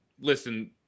Listen